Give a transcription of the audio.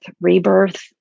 rebirth